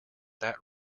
that